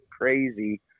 crazy